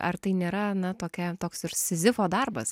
ar tai nėra na tokia toks ir sizifo darbas